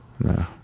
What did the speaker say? No